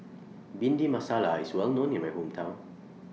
Bhindi Masala IS Well known in My Hometown